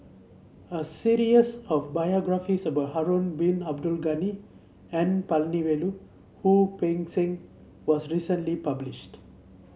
a series of biographies about Harun Bin Abdul Ghani N Palanivelu Wu Peng Seng was recently published